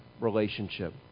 relationship